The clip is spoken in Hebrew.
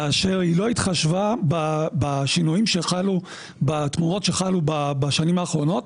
כאשר היא לא התחשבה בתמורות שחלו בשנים האחרונות,